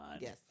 Yes